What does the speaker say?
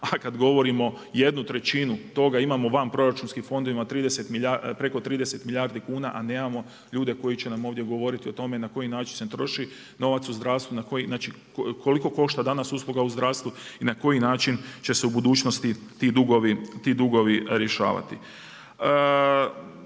a kada govorimo jednu trećinu toga imamo vanproračunskih fondovima preko 30 milijardi kuna a nemamo ljude koji će nam ovdje govoriti o tome na koji način se troši novac u zdravstvu, na koji, znači koliko košta danas usluga u zdravstvu i na koji način će se u budućnosti ti dugovi rješavati.